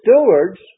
stewards